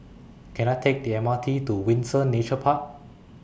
Can I Take The M R T to Windsor Nature Park